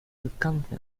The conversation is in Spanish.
alcance